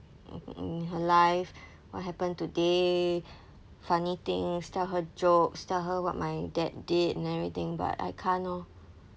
in her life what happened today funny things tell her jokes tell her what my dad did and everything but I can't lor